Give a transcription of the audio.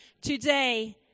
Today